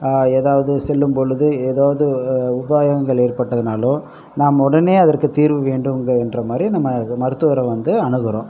ஏதாவது செல்லும் பொழுது ஏதாவது உபாயங்கள் ஏற்பட்டதுனாலோ நாம் உடனே அதற்க்கு தீர்வு வேண்டும் என்ற மாதிரி நம்ம மருத்துவரை வந்து அணுகுகிறோம்